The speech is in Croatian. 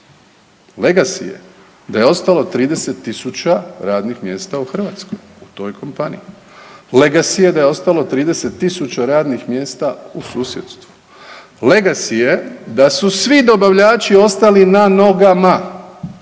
Legacy je da je ostalo 30 000 radnih mjesta u Hrvatskoj, u toj kompaniji. Legacy je da je ostalo 30 000 radnih mjesta u susjedstvu. Legacy je da su svi dobavljači ostali na nogama,